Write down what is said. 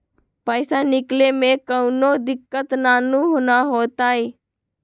पईसा निकले में कउनो दिक़्क़त नानू न होताई?